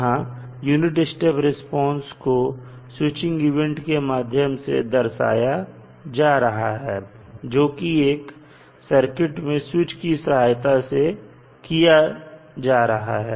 यहां unit step response को switching event के माध्यम से दर्शाया जा रहा है जो कि एक सर्किट में स्विच की सहायता से किया जा रहा है